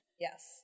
Yes